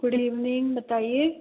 good evening बताइये